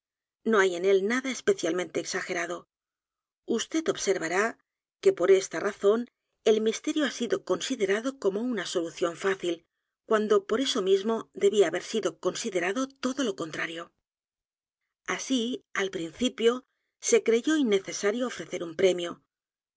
no hay en él nada especialmente exagerado usted observará que por esta razón el misterio ha sido considerado como de solución fácil cuando por eso mismo debía haber sido considerado todo lo contrario así al principio se creyó innecesario ofrecer un premio